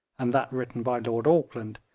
and that written by lord auckland,